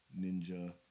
Ninja